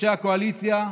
ראשי הקואליציה,